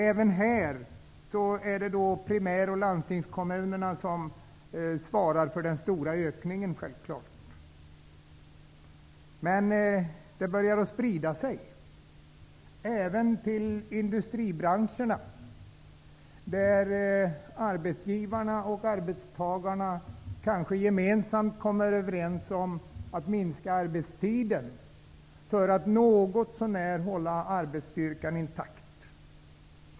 Även här är det självklart primär och landstingskommunerna som svarar för den stora ökningen. Men det börjar att sprida sig även till industribranscherna, där arbetsgivarna och arbetstagarna kanske gemensamt kommer överens om att minska arbetstiden för att något så när hålla arbetsstyrkan intakt.